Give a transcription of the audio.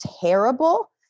terrible